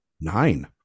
nine